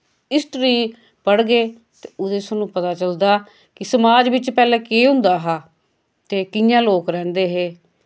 history पढ़गे ते ओह्दे च साह्नू पता चलदा कि समाज विच पैह्ले केह् होंदा हा ते कियां लोक रैंह्दे हे